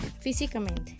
Físicamente